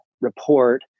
report